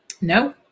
No